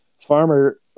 Farmer